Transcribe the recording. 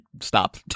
stop